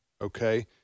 okay